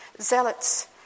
zealots